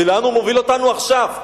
ולאן הוא מוביל אותנו עכשיו?